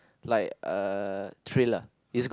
like uh Thriller is good